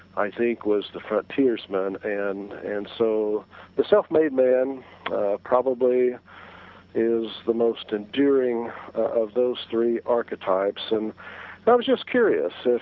i think was the frontiersman, and and so the self-made man probably is the most enduring of those three archetypes, and but i was just curious